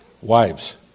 Wives